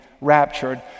raptured